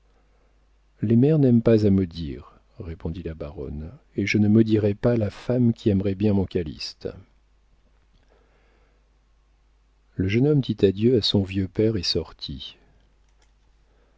les mères n'aiment pas à maudire répondit la baronne et je ne maudirais pas la femme qui aimerait bien mon calyste le jeune homme dit adieu à son vieux père et sortit